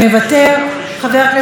מוותר,